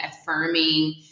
affirming